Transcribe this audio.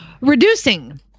Reducing